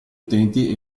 utenti